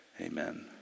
amen